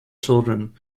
children